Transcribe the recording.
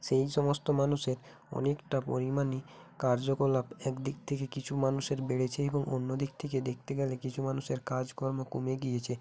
সেই সমস্ত মানুষের অনেকটা পরিমাণই কার্যকলাপ এক দিক থেকে কিছু মানুষের বেড়েছে এবং অন্য দিক থেকে দেখতে গেলে কিছু মানুষের কাজকর্ম কমে গিয়েছে